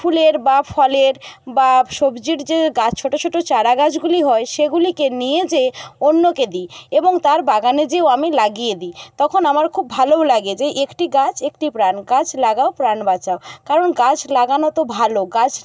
ফুলের বা ফলের বা সবজির যে গাছ ছোট ছোট চারা গাছগুলি হয় সেগুলিকে নিয়ে যেয়ে অন্যকে দিই এবং তার বাগানে যেয়েও আমি লাগিয়ে দিই তখন আমার খুব ভালোও লাগে যে একটি গাছ একটি প্রাণ গাছ লাগাও প্রাণ বাঁচাও কারণ গাছ লাগানো তো ভালো গাছ